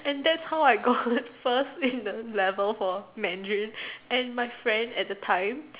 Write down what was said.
and that's how I got first in the level for Mandarin and my friend at the time